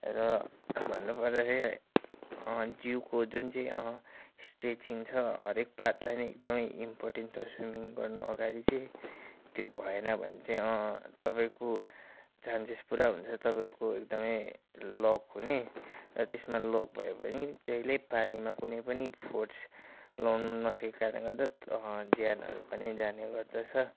र भन्नु पर्दाखेरि जिउको जुन चाहिँ स्ट्रेचिङ छ हरेक पार्टलाई नै एकदमै इन्पोटेन्ट छ स्विमिङ गर्न अगाडि चाहिँ त्यो भएन भने चाहिँ तपाईँको चान्सेस पुरा हुन्छ तपाईँको एकदमै लक हुने र त्यसमा लक भयो भने त्यो अहिले पानीमा कुनै पनि फोर्स लाउनु नसकेको कारणले गर्दा त्यो ज्यानहरू पनि जाने गर्दछ